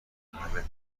اهمیت